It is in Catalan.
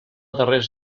darrers